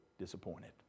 disappointed